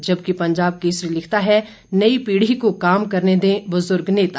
जबकि पंजाब केसरी लिखता है नई पीढ़ी को काम करने दें बुजुर्ग नेता